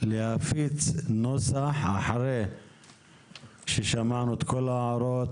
להפיץ נוסח אחרי ששמענו את כל ההערות.